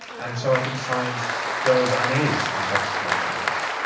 and so i think science does and is investigating this.